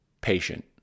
patient